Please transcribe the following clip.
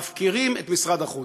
מפקירים את משרד החוץ.